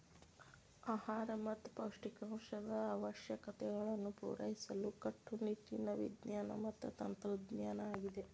ಆಹಾರ ಮತ್ತ ಪೌಷ್ಟಿಕಾಂಶದ ಅವಶ್ಯಕತೆಗಳನ್ನು ಪೂರೈಸಲು ಕಟ್ಟುನಿಟ್ಟಿನ ವಿಜ್ಞಾನ ಮತ್ತ ತಂತ್ರಜ್ಞಾನ ಆಗಿದೆ